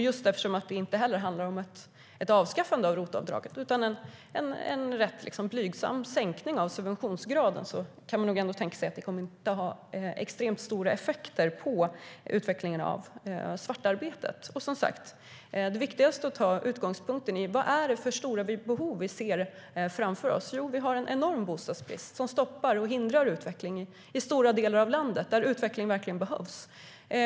Just eftersom det inte heller handlar om att avskaffa ROT-avdraget utan att göra en rätt blygsam sänkning av subventionsgraden kan man tänka sig att det inte kommer att ha extremt stora effekter på utvecklingen av svartarbetet. Det viktigaste är att ta utgångspunkt i vilka stora behov vi ser framför oss. Jo, vi har en enorm bostadsbrist som stoppar och hindrar utvecklingen i stora delar av landet, där utvecklingen verkligen behövs.